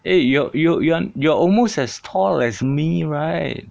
eh you are you you are you are almost as tall as me right